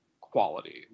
quality